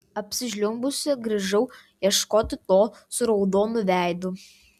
apsižliumbus grįžau ieškoti to su raudonu veidu